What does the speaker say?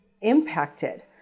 impacted